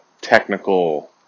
technical